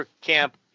camp